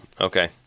okay